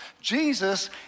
Jesus